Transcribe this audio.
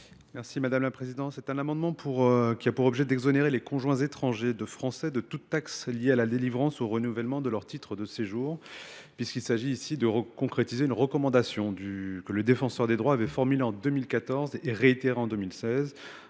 M. Adel Ziane. Cet amendement a pour objet d’exonérer les conjoints étrangers de Français de toute taxe liée à la délivrance ou au renouvellement de leur titre de séjour. Il s’agit de concrétiser une recommandation que le Défenseur des droits a formulée en 2014 et réitérée en 2016.